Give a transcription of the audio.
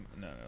no